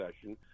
session